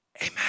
Amen